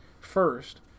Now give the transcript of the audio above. first